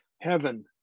heaven